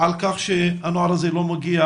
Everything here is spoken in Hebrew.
על כך שהנוער הזה לא מגיע